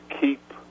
keep